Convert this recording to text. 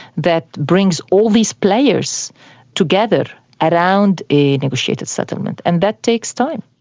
that brings all these players together around a negotiated settlement. and that takes time.